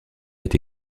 est